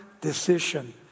Decision